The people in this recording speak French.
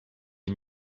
les